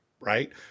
right